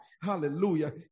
hallelujah